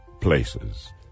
places